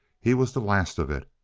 he was the last of it.